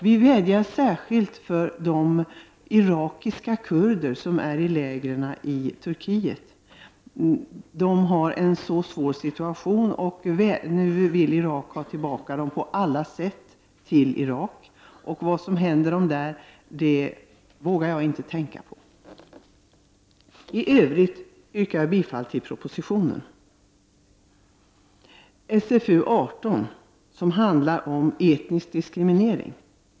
Vi tänker särskilt på de irakiska kurder som är i lägren i Turkiet. Deras situation är mycket svår. Irak försöker på alla sätt att få dem tillbaka till landet. Vad som händer dem om de kommer tillbaka, vågar jag inte tänka på. I övrigt yrkar jag bifall till propositionen. Socialförsäkringsutskottets betänkande 18 handlar om etnisk diskriminering.